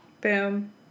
Boom